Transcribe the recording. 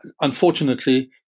Unfortunately